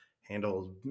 handle